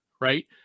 right